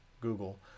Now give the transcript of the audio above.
Google